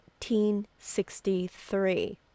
1863